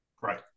Right